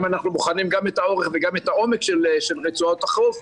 אם אנחנו בוחנים גם את האורך וגם את העומק של רצועות החוף,